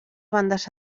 bandes